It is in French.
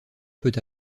peut